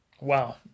wow